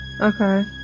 Okay